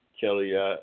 Kelly